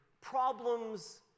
problems